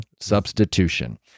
substitution